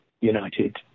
united